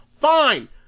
fine